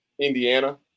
Indiana